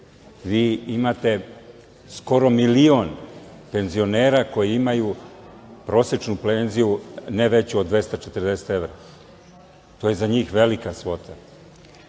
imate skoro milion penzionera koji imaju prosečnu penziju ne veću od 240 evra. To je za njih velika svota.